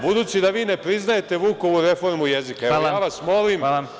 Budući da vi ne priznajete Vukovu reformu jezika, ja vas molim